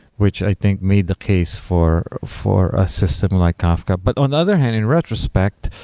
which i think made the case for for a system like kafka. but on the other hand, in retrospect,